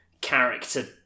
character